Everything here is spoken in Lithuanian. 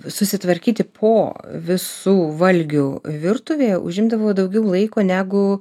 susitvarkyti po visų valgių virtuvėje užimdavo daugiau laiko negu